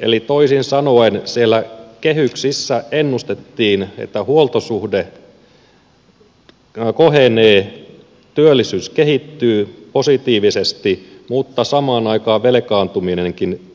eli toisin sanoen siellä kehyksissä ennustettiin että huoltosuhde kohenee työllisyys kehittyy positiivisesti mutta samaan aikaan velkaantuminenkin